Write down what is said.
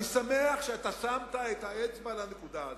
אני שמח ששמת את האצבע על הנקודה הזאת.